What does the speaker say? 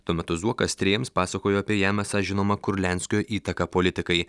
tuo metu zuokas tyrėjams pasakojo apie jam esą žinomą kurlianskio įtaką politikai